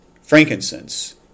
frankincense